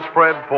Fred